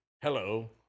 Hello